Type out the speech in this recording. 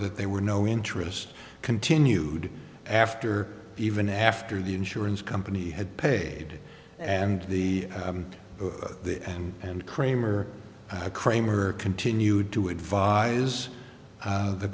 that they were no interest continued after even after the insurance company had paid and the and and kramer cramer continued to advise